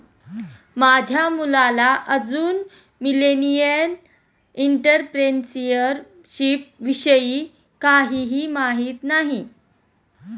माझ्या मुलाला अजून मिलेनियल एंटरप्रेन्युअरशिप विषयी काहीही माहित नाही